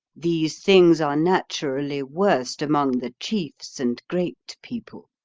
these things are naturally worst among the chiefs and great people.